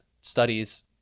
studies